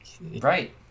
Right